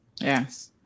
Yes